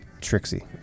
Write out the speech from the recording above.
Trixie